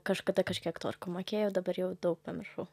kažkada kažkiek turkų mokėjau dabar jau daug pamiršau